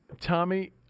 Tommy